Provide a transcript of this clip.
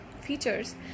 features